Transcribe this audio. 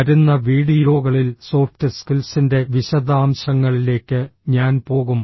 വരുന്ന വീഡിയോകളിൽ സോഫ്റ്റ് സ്കിൽസിന്റെ വിശദാംശങ്ങളിലേക്ക് ഞാൻ പോകും